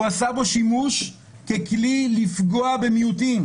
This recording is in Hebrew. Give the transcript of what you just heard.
הוא עשה בו שימוש ככלי לפגוע במיעוטים.